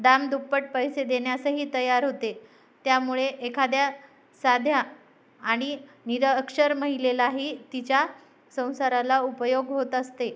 दामदुप्पट पैसे देण्यासही तयार होते आहे त्यामुळे एखाद्या साध्या आणि निरक्षर महिलेलाही तिच्या संसाराला उपयोग होत असते आहे